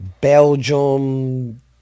Belgium